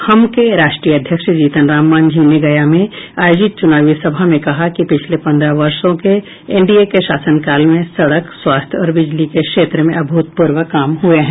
हम के राष्ट्रीय अध्यक्ष जीतन राम मांझी ने गया में आयोजित चुनावी सभा में कहा कि पिछले पंद्रह वर्षो के एनडीए के शासनकाल में सड़क स्वास्थ्य और बिजली के क्षेत्र में अभूतपूर्व काम हये हैं